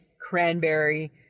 cranberry